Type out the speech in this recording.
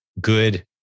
good